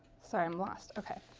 sorry, i'm lost. okay.